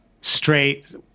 straight